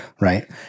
Right